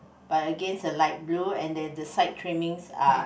but against a light blue and then the side trimmings are